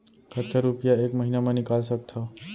कतका रुपिया एक महीना म निकाल सकथव?